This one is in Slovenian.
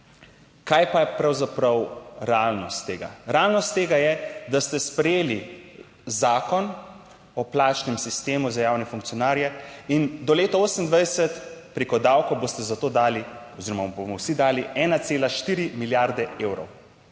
Kaj pa je pravzaprav realnost tega? Realnost tega je, da ste sprejeli Zakon o plačnem sistemu za javne funkcionarje in do leta 2028 preko davkov boste za to dali oziroma mu bomo vsi dali 1,4 milijarde evrov.